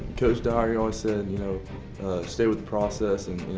coach dyer always said you know stay with the process.